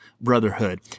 Brotherhood